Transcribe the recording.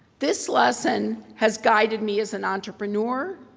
this lesson has guided me as an entrepreneur,